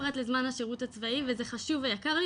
פרט לזמן השירות הצבאי וזה חשוב ויקר לי